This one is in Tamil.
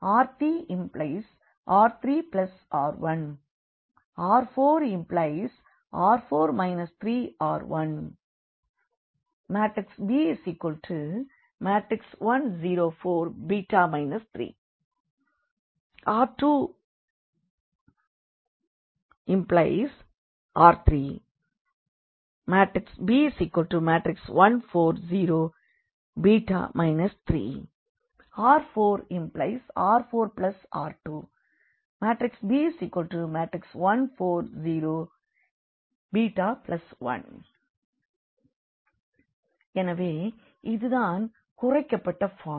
R2R2 2R1 R3R3R1 R4R4 3R1 b1 0 4 3 R2R3 b1 4 0 3 R4R4R2 b1 4 0 1 R4R4 3R3 b1 4 0 1 எனவே இதுதான் குறைக்கப்பட்ட ஃபார்ம்